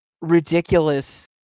ridiculous